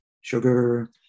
sugar